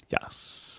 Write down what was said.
Yes